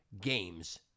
games